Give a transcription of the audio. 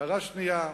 הערה שנייה,